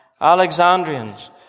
Alexandrians